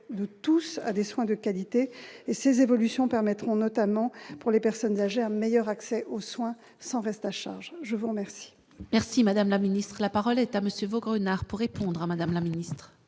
de tous à des soins de qualité et ces évolutions permettront notamment pour les personnes âgées, un meilleur accès aux soins sans reste à charge, je vous remercie. Merci madame la ministre, la parole est à monsieur Vaugrenard pour répondre à Madame la Ministre.